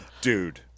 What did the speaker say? Dude